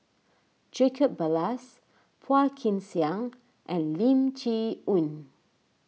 Jacob Ballas Phua Kin Siang and Lim Chee Onn